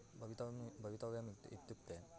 भवितव्यं भवितव्यम् इति इत्युक्ते